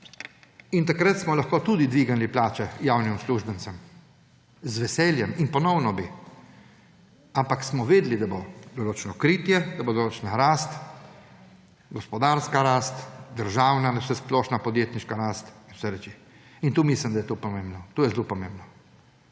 Takrat smo lahko tudi dvignili plače javnim uslužbencem. Z veseljem! In ponovno bi, ampak smo vedeli, da bo določeno kritje, da bo določena rast, gospodarska rast, državna, vsesplošna podjetniška rast in vse reči. To mislim, da je to pomembno, to je zelo pomembno.